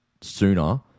sooner